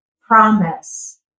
promise